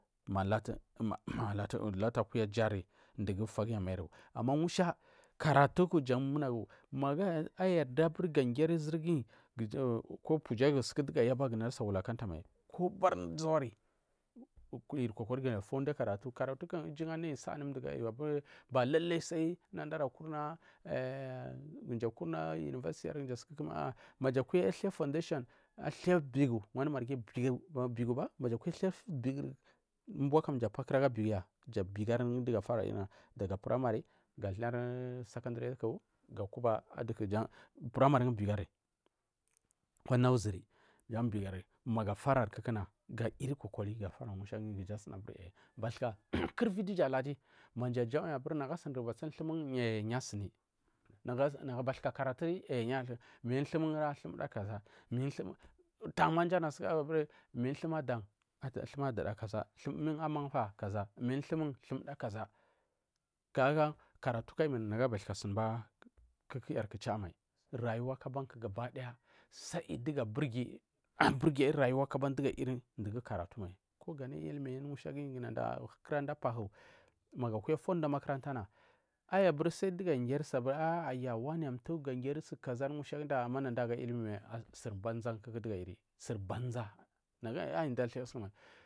Ma lata akuya jari dugu fagu amain ama musha karatu ku jan munagu mapu ayardari gu a gyri zirgiyi ko upujatu dugu suka gyri kuja asa wulakaja mai kobari zau ari karatu kam iju jan anayi sa’ a anu mchi ba lalai sai du mdu ala kuna unwersity maja kuda thou foundation bigu wanu marghi umbo mdu apa kuraga bigu ya jan dugu afara da ga primary ziwa secondary ga kuba aduku primary jan bigu ari ko nursery jan biguari gatora kukuna ga mulai kokori bathika kul lvi duja aladi ja jauyi a buri nagu asuni rubu tsini thumu mun aiyi yu asimi nagu bathuka karatusini aiyi mun thumara thuma kaza upan ma mji anu min thuwri adan ra thumun adada kaza min thumum amang fa kaza kaga ma karatuku aiyi mai nagu abathil sunuba suku cha mai ayimshu abanku gabakidaya dugu dugu aongi abon dugu knachim mai domin misha gump kura apahu magu akuda afida umakonanfan wani a mtun ayawani afiri suabaku mai akuraga kim surl banza dugu ain suribanza napu da thou samai.